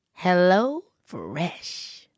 HelloFresh